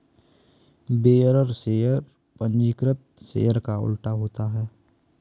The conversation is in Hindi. बेयरर शेयर पंजीकृत शेयर का उल्टा होता है